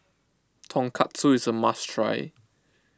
Tonkatsu is a must try